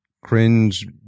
cringe